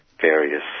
various